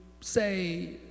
say